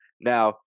Now